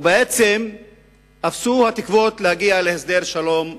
ובעצם אפסו התקוות להגיע להסדר שלום באזור.